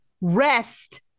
rest